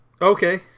Okay